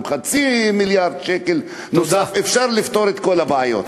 עם חצי מיליארד שקל נוספים אפשר לפתור את כל הבעיות.